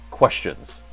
questions